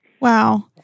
Wow